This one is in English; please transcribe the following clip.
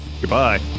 goodbye